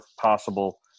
possible